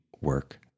work